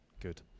good